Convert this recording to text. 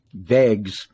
VEGS